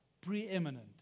preeminent